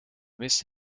miss